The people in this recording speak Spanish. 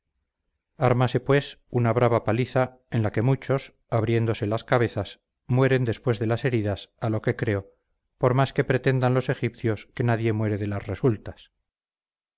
armase pues uña brava paliza en la que muchos abriéndose las cabezas mueren después de las heridas a lo que creo por más que pretendan los egipcios que nadie muere de las resultas